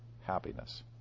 happiness